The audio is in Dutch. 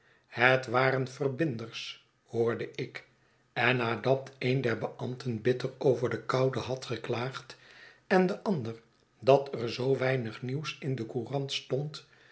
het waren verbinders hoorde ik en nadat een der beambten bitter over de koude had geklaagd en de ander dat er zoo weinig nieuws in de courant stond